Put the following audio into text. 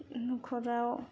न'खराव